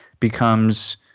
becomes